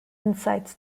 insights